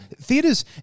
theaters